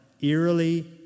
eerily